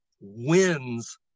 wins